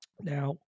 Now